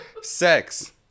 Sex